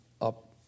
up